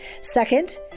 Second